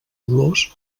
olors